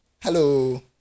Hello